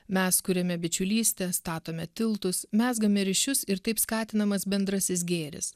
mes kuriame bičiulystę statome tiltus mezgame ryšius ir taip skatinamas bendrasis gėris